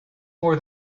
more